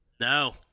No